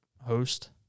host